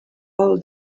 all